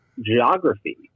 geography